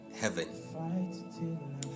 heaven